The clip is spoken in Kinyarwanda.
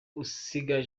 kutubwira